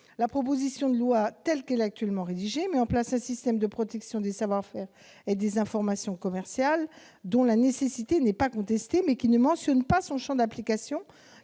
La proposition de loi, telle qu'elle est actuellement rédigée, prévoit un dispositif de protection des savoir-faire et des informations commerciales. La nécessité n'en est pas contestée, mais il n'est pas mentionné que son champ d'application